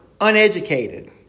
uneducated